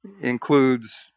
includes